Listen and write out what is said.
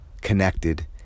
connected